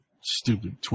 Stupid